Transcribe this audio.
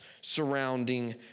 surrounding